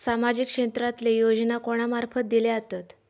सामाजिक क्षेत्रांतले योजना कोणा मार्फत दिले जातत?